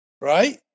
right